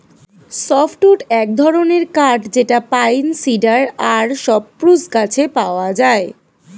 soft wood এক ধরনের কাঠ যেটা পাইন, সিডার আর সপ্রুস গাছে পাওয়া যায়